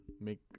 make